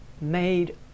made